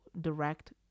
direct